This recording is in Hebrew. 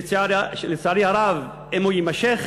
שלצערי הרב, אם הוא יימשך